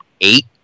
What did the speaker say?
eight